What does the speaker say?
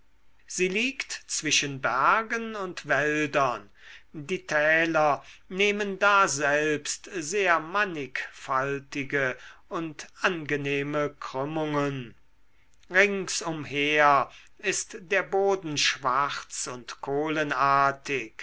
sie liegt zwischen bergen und wäldern die täler nehmen daselbst sehr mannigfaltige und angenehme krümmungen rings umher ist der boden schwarz und